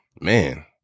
Man